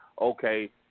okay